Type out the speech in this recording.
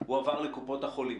הועבר לקופות החולים.